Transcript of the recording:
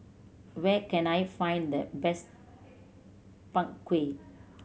where can I find the best Png Kueh